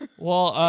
well,